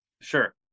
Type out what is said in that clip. Sure